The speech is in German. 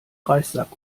reissack